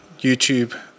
YouTube